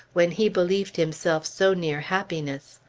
when he believed himself so near happiness.